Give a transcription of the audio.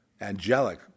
angelic